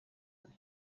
ane